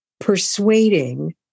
persuading